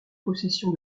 possession